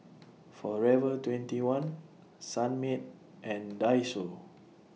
Forever twenty one Sunmaid and Daiso